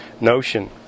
notion